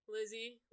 Lizzie